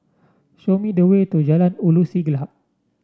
show me the way to Jalan Ulu Siglap